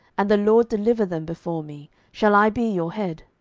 and the lord deliver them before me, shall i be your head?